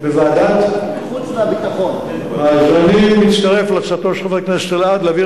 אז אני מצטרף להצעתו של חבר הכנסת אלדד להעביר